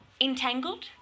entangled